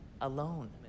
alone